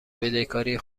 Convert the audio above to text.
بدهکاری